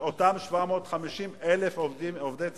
שאותם 750,000 עובדי ציבור,